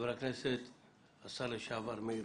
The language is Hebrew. ומאיר כהן.